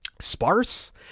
Sparse